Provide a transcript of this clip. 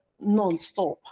non-stop